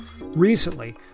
Recently